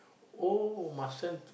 oh must send